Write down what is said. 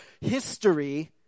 history